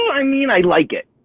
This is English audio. i mean, i like it.